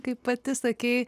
kaip pati sakei